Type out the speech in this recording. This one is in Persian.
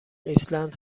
ایسلند